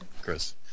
Chris